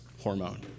hormone